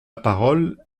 parole